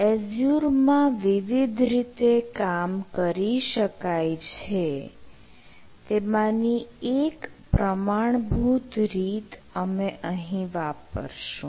Azure મા વિવિધ રીતે કામ કરી શકાય છે તેમાંની એક પ્રમાણભૂત રીત અમે અહીં વાપરશું